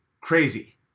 crazy